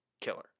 killer